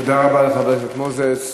תודה רבה לחבר הכנסת מוזס.